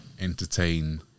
entertain